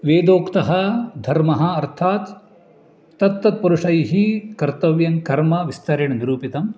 वेदोक्तः धर्मः अर्थात् तत्तत् पुरुषैः कर्तव्यं कर्म विस्तरेण निरूपितं